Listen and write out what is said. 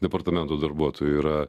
departamento darbuotojų yra